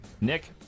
Nick